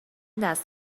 دست